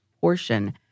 portion